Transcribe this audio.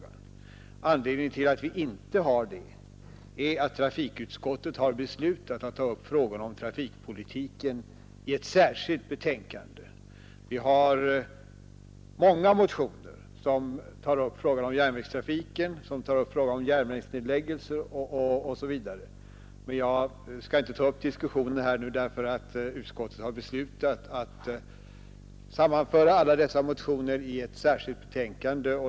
Anledningen är att trafikutskottet beslutat ta upp frågan om trafikpolitiken i ett särskilt betänkande. Vi har många motioner som tar upp frågan om järnvägstrafiken, frågan om järnvägsnedläggelser osv. Jag skall dock inte ta upp någon diskussion nu då utskottet, som sagt, beslutat sammanföra alla dessa motioner i ett särskilt betänkande.